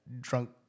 drunk